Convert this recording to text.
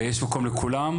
ויש מקום לכולם,